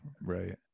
right